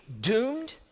doomed